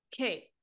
okay